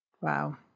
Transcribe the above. Wow